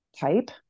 type